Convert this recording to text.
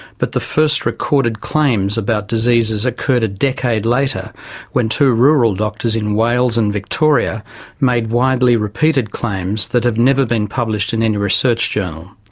but the first recorded claims about diseases occurred a decade later when two rural doctors in wales and victoria made widely repeated claims that have never been published in any research journal.